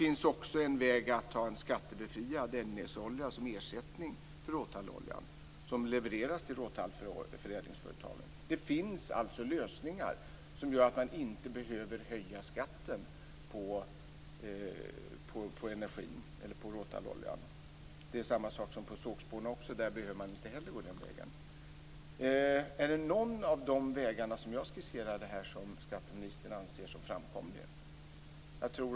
En tredje väg är att ha en skattebefriad eldningsolja som ersättning för råtalloljan, som levereras till förädlingsföretagen. Det finns alltså lösningar som gör att man inte behöver höja skatten på råtalloljan. Detsamma gäller sågspån. Inte heller där behöver man gå den vägen. Är det någon av de vägar som jag har skisserat som skatteministern anser vara framkomlig?